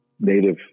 native